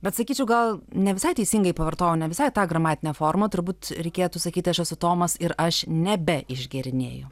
bet sakyčiau gal ne visai teisingai pavartojau ne visai tą gramatinę formą turbūt reikėtų sakyti aš esu tomas ir aš nebeišgėrinėju